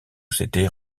s’était